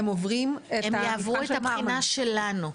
הם יעברו את הבחינה שלנו,